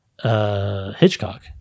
Hitchcock